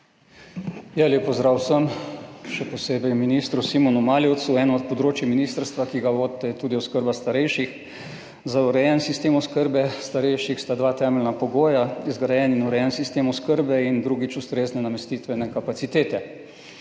Lep pozdrav vsem, še posebej ministru Simonu Maljevcu! Eno od področij ministrstva, ki ga vodite, je tudi oskrba starejših. Za urejen sistem oskrbe starejših sta dva temeljna pogoja: izgrajen in urejen sistem oskrbe, in drugič, ustrezne namestitvene kapacitete.